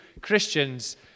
Christians